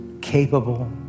capable